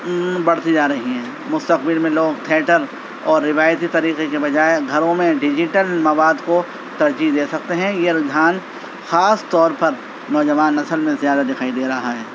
بڑھتی جا رہی ہے مستقبل میں لوگ تھیٹھر اور روایتی طریقے کے بجائے گھروں میں ڈیجیٹل مواد کو ترجیح دے سکتے ہیں یہ رجحان خاص طور پر نوجوان نسل میں زیادہ دکھائی دے رہا ہے